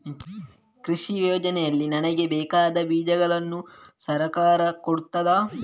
ಕೃಷಿ ಯೋಜನೆಯಲ್ಲಿ ನನಗೆ ಬೇಕಾದ ಬೀಜಗಳನ್ನು ಸರಕಾರ ಕೊಡುತ್ತದಾ?